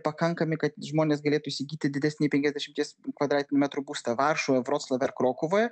pakankami kad žmonės galėtų įsigyti didesnį penkiasdešimties kvadratinių metrų būstą varšuvoj vroclave ar krokuvoj